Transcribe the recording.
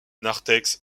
narthex